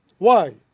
why?